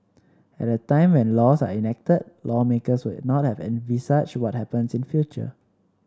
at the time when laws are enacted lawmakers would not have envisaged what happens in future